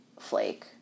flake